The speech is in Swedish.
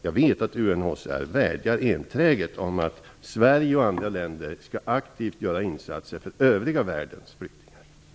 Jag vet att UNHCR enträget vädjar om att Sverige och andra länder aktivt skall göra insatser också för den övriga världens flyktingar.